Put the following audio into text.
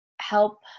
help